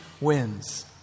wins